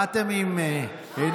באתם עם אנרגיות?